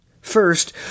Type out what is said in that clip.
First